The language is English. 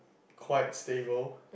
quite stable